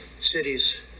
cities